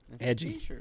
Edgy